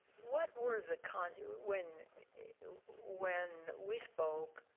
what were the, kind of when when we spoke,